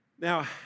Now